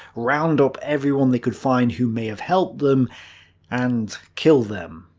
round up everyone they could find who may have helped them and kill them.